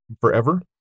forever